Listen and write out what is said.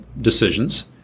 decisions